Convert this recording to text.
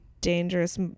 dangerous